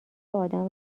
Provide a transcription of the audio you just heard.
آدم